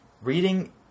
reading